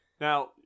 Now